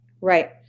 Right